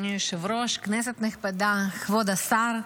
אדוני היושב-ראש, כנסת נכבדה, כבוד השר,